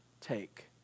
take